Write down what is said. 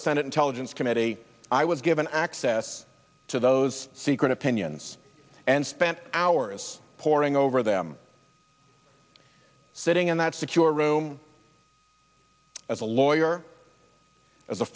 the senate intelligence committee i was given access to those secret opinions and spent hours poring over them sitting in that secure room as a lawyer as a